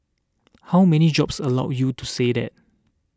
how many jobs allow you to say that